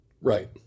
Right